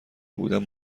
بودم